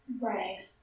Right